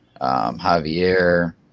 Javier